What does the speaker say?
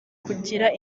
kugira